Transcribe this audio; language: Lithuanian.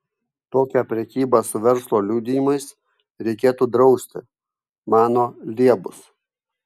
tokią prekybą su verslo liudijimais reikėtų drausti mano liebus